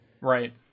Right